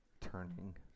turning